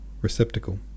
receptacle